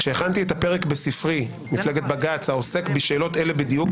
כשהכנתי את הפרק בספרי "מפלגת בג"ץ" העוסק בשאלות אלה בדיוק,